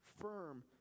firm